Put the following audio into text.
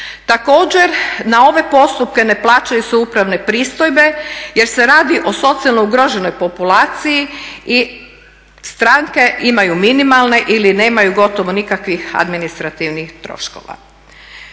Također na ove postupke ne plaćaju se upravne pristojbe jer se radi o socijalno ugroženoj populaciji i stranke imaju minimalne ili nemaju gotovo nikakvih administrativnih troškova.